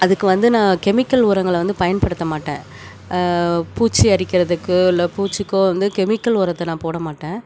அதுக்கு வந்து நான் கெமிக்கல் உரங்களை வந்து பயன்படுத்த மாட்டேன் பூச்சி அரிக்கிறதுக்கு இல்லை பூச்சிக்கோ வந்து கெமிக்கல் உரத்தை நான் போட மாட்டேன்